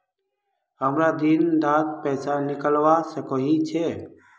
हमरा दिन डात पैसा निकलवा सकोही छै?